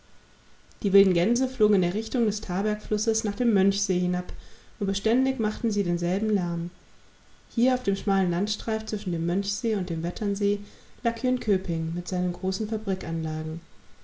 die wilden gänse flogen in der richtung des tabergflusses nach dem mönchsee hinab und beständig machten sie denselben lärm hier auf dem schmalen landstreif zwischen dem mönchsee und dem wetternsee lag jönköping mit seinen großen fabrikanlagen